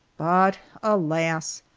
but alas!